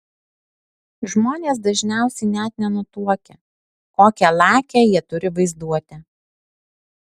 žmonės dažniausiai net nenutuokia kokią lakią jie turi vaizduotę